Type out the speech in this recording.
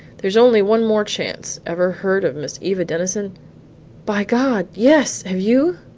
there's only one more chance. ever heard of miss eva denison by god, yes! have you?